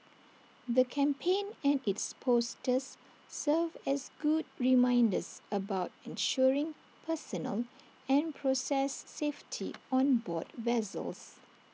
the campaign and its posters serve as good reminders about ensuring personal and process safety on board vessels